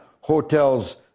Hotels